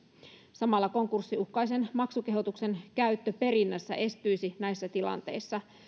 samalla konkurssiuhkaisen maksukehotuksen käyttö perinnässä estyisi näissä tilanteissa